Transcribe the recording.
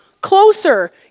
closer